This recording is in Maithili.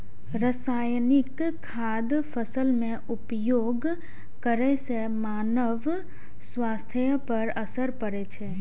रासायनिक खादक फसल मे उपयोग करै सं मानव स्वास्थ्य पर असर पड़ै छै